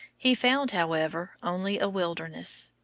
he found, however, only a wilderness.